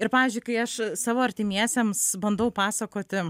ir pavyzdžiui kai aš savo artimiesiems bandau pasakoti